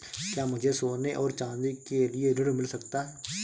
क्या मुझे सोने और चाँदी के लिए ऋण मिल सकता है?